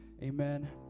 Amen